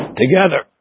together